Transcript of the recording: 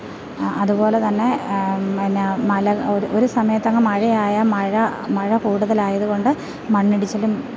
അതുപോലെതന്നെ എന്നാ മലക ഒര് ഒരു സമയത്തങ്ങ് മഴയാണ് മഴ മഴ കൂടുതലായത് കൊണ്ട് മണ്ണിടിച്ചിലും